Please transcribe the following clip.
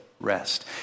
rest